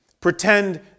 Pretend